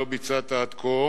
לא ביצעת עד כה,